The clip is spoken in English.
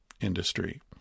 industry